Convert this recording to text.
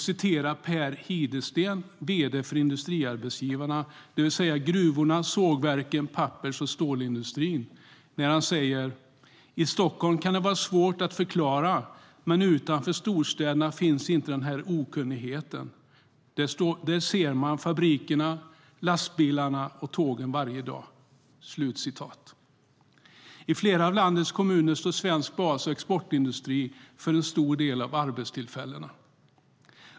Per Hidesten, vd för Industriarbetsgivarna - det vill säga gruvorna, sågverken och pappers och stålindustrin - säger: I Stockholm kan det vara svårt att förklara, men utanför storstäderna finns inte den här okunnigheten. Där ser man fabrikerna, lastbilarna och tågen varje dag. I flera av landets kommuner står svensk bas och exportindustri för en stor del av arbetstillfällena.